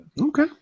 Okay